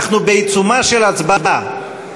אנחנו בעיצומה של הצבעה.